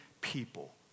people